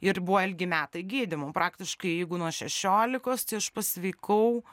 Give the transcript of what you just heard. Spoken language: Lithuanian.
ir buvo ilgi metai gydymų praktiškai jeigu nuo šešiolikos tai aš pasveikau